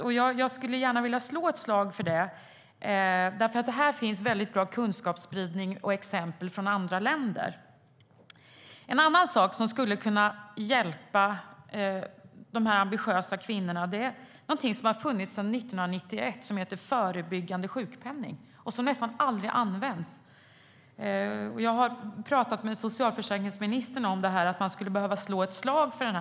Men jag vill gärna slå ett slag för det. Där finns det nämligen bra kunskapsspridning och exempel från andra länder. En annan sak som skulle kunna hjälpa de ambitiösa kvinnorna har funnits sedan 1991. Det heter förebyggande sjukpenning och används nästan aldrig. Jag har pratat med socialförsäkringsministern om att man skulle behöva slå ett slag för den.